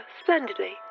splendidly